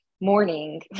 morning